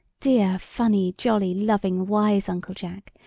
dear, funny, jolly, loving, wise uncle jack,